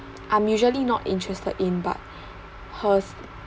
I'm usually not interested in but her